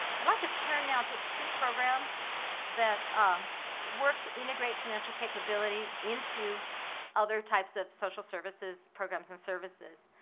i'd like to turn now to two programs that ah worked to integrate financial capability into other types of social services programs and services.